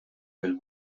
mill